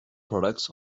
products